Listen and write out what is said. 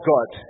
God